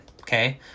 okay